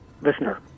listener